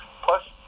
plus